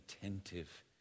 attentive